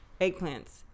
eggplants